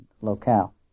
locale